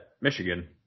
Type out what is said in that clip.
Michigan